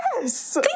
Yes